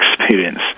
experience